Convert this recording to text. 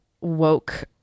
woke